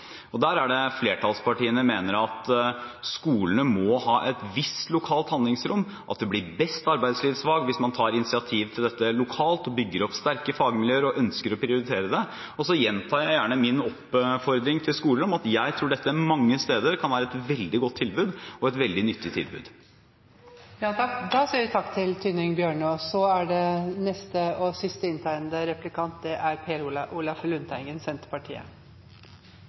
Der er det at flertallspartiene mener at skolene må ha et visst lokalt handlingsrom, at det blir best arbeidslivsfag hvis man tar initiativ til dette lokalt og bygger opp sterke fagmiljøer og ønsker å prioritere det. Jeg gjentar gjerne min oppfordring til skolene om at jeg tror dette mange steder kan være et veldig godt tilbud og et veldig nyttig tilbud. Det er mange ganger vi hører mange ord, og dette er en av anledningene. Her er det enighet om at erfaringene er gode, og at tilbudet er populært. En er